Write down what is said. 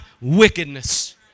wickedness